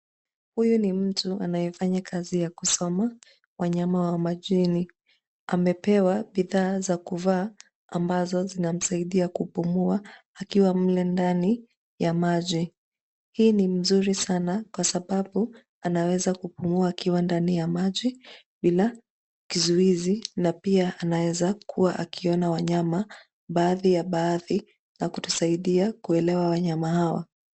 Huyu ni mtu anayefanya kazi ya kusoma wanyama wa majini. Amepewa bidhaa za kuvaa ambazo zinamsaidia kupumua akiwa mle ndani ya maji. Hii ni mzuri sana kwa sababu anaweza kupumua akiwa ndani ya maji bila kizuizi na pia anaweza kuwa akiona wanyama baadhi ya baadhi na kutusaidia kuelewa wanyama hawa.